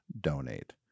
donate